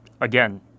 again